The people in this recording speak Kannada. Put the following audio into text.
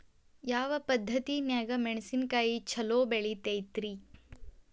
ಯಾವ ಪದ್ಧತಿನ್ಯಾಗ ಮೆಣಿಸಿನಕಾಯಿ ಛಲೋ ಬೆಳಿತೈತ್ರೇ?